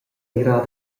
mirar